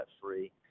free